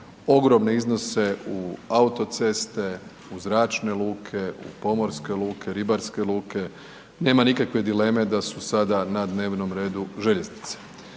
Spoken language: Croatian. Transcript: ogromne iznose u autoceste, u zračne luke, u pomorske luke, ribarske luke, nema nikakve dileme da su sada na dnevnom redu željeznice.